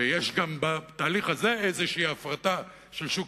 ויש גם בתהליך הזה איזושהי הפרטה של שוק